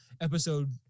episode